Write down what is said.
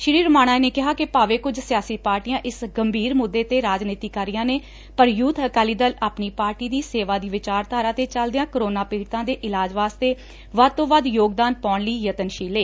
ਸ੍ਰੀ ਰੋਮਾਣਾ ਨੇ ਕਿਹਾ ਕਿ ਭਾਵੇਂ ਕੁਝ ਸਿਆਸੀ ਪਾਰਟੀਆਂ ਇਸ ਗੰਭੀਰ ਮੁੱਦੇ ਤੇ ਰਾਜਨੀਤੀ ਕਰ ਰਹੀਆਂ ਨੇ ਪਰ ਯੂਬ ਅਕਾਲੀ ਦਲ ਆਪਣੀ ਪਾਰਟੀ ਦੀ ਸੇਵਾ ਦੀ ਵਿਚਾਰਧਾਰਾ ਤੇ ਚਲਦਿਆਂ ਕੋਰੋਨਾ ਪੀੜਤਾਂ ਦੇ ਇਲਾਜ ਵਾਸਤੇ ਵੱਧ ਤੋਂ ਵੱਧ ਯੋਗਦਾਨ ਪਾਉਣ ਲਈ ਯਤਨਸ਼ੀਲ ਏ